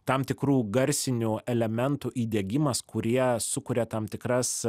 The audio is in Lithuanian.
tam tikrų garsinių elementų įdiegimas kurie sukuria tam tikras